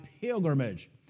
pilgrimage